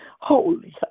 Holy